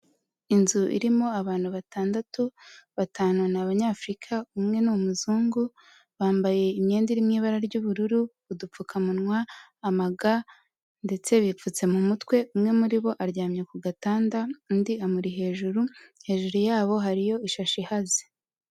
Inzu irimo abantu batandatu, batanu ni abanyafurika, umwe ni umuzungu bambaye imyenda iri mu ibara ry'ubururu, udupfukamunwa, ama ga ndetse bipfutse mu mutwe, umwe muri bo aryamye ku gatanda undi amuri hejuru, hejuru yabo hariyo ishashi ihaze.